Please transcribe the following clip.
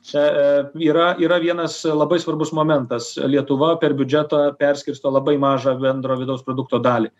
čia yra yra vienas labai svarbus momentas lietuva per biudžetą perskirsto labai mažą bendro vidaus produkto dalį